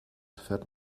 fährt